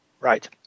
Right